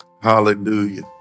Hallelujah